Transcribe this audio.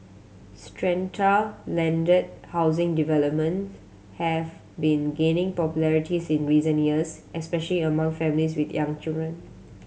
strata landed housing developments have been gaining popularities in recent years especially among families with young children